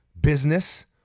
business